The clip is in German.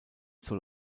soll